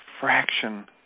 fraction